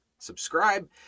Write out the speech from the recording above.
subscribe